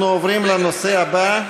אנחנו עוברים לנושא הבא.